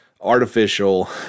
artificial